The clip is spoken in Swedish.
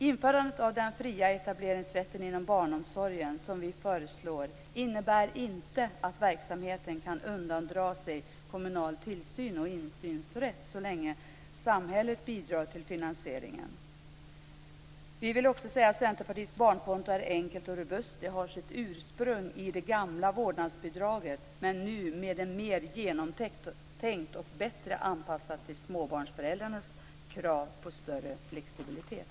Införandet av den fria etableringsrätten inom barnomsorgen, som vi föreslår, innebär inte att verksamheten kan undandra sig kommunal tillsyns och insynsrätt så länge samhället bidrar till finansieringen. Centerpartiets barnkonto är enkelt och robust. Det har sitt ursprung i det gamla vårdnadsbidraget, men är nu mer genomtänkt och bättre anpassat till småbarnsföräldrarnas krav på större flexibilitet.